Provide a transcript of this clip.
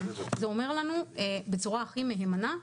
זה אומר לנו בצורה הכי מהימנה,